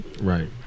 Right